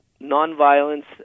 nonviolence